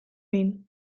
behin